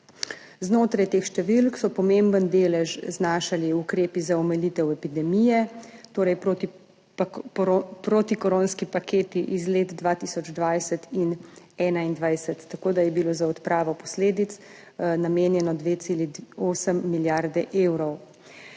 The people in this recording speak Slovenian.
Znotraj teh številk so pomemben delež znašali ukrepi za omilitev epidemije, torej protikoronski paketi iz let 2020 in 2021. Tako da je bilo za odpravo posledic namenjenih 2,8 milijarde evrov.